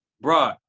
Bro